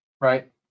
Right